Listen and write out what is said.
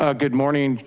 ah good morning,